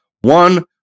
One